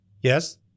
Yes